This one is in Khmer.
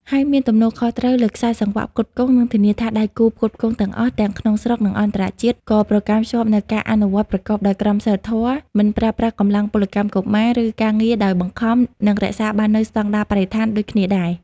ហើយមានទំនួលខុសត្រូវលើខ្សែសង្វាក់ផ្គត់ផ្គង់ និងធានាថាដៃគូផ្គត់ផ្គង់ទាំងអស់ ទាំងក្នុងស្រុក និងអន្តរជាតិ ក៏ប្រកាន់ខ្ជាប់នូវការអនុវត្តប្រកបដោយក្រមសីលធម៌ មិនប្រើប្រាស់កម្លាំងពលកម្មកុមារ ឬការងារដោយបង្ខំ និងរក្សាបាននូវស្តង់ដារបរិស្ថានដូចគ្នាដែរ។